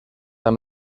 amb